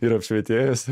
ir apšvietėjas